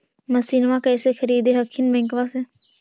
मसिनमा कैसे खरीदे हखिन बैंकबा से?